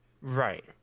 Right